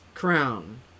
crown